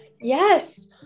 Yes